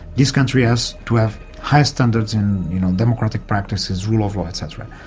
this country has to have high standards in democratic practices, rule of law et cetera.